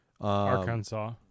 Arkansas